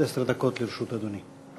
עד עשר דקות לרשות אדוני.